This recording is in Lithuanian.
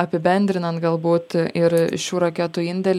apibendrinant galbūt ir šių raketų indėlį